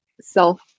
self